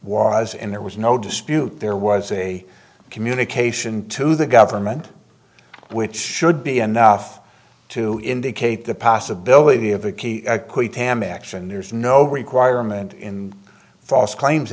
was in there was no dispute there was a communication to the government which should be enough to indicate the possibility of a key action there's no requirement in false claims